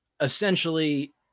essentially